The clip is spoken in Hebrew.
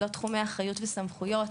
לא תחומי אחריות וסמכויות,